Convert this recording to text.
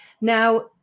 Now